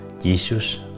Jesus